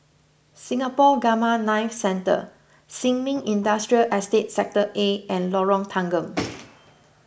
Singapore Gamma Knife Centre Sin Ming Industrial Estate Sector A and Lorong Tanggam